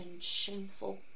shameful